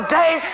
day